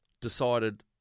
decided